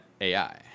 AI